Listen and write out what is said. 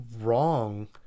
wrong